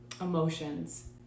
emotions